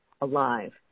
alive